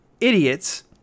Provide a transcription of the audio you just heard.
idiots